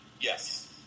Yes